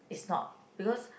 is not because